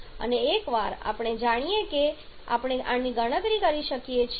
અને એકવાર આપણે જાણીએ કે આપણે આની ગણતરી કરી શકીએ છીએ